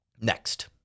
Next